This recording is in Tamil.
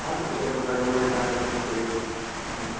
பார்த்துட்டு சொல்கிறேன் சார் எவ்வளோ என்ன இருக்குதுன்னு சொல்லி ம்